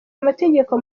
amategeko